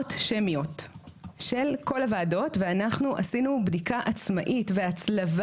רשימות שמיות של כל הוועדות ואנחנו עשינו בדיקה עצמאית והצלבה.